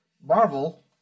Marvel